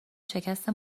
شکست